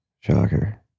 Shocker